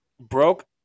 broke